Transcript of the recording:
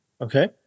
Okay